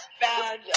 bad